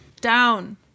Down